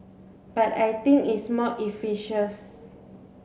but I think it's more